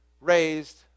raised